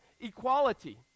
equality